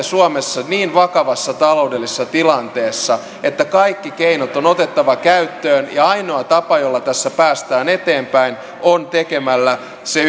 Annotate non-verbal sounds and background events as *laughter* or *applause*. *unintelligible* suomessa niin vakavassa taloudellisessa tilanteessa että kaikki keinot on otettava käyttöön ja ainoa tapa jolla tässä päästään eteenpäin on tehdä se *unintelligible*